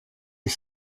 est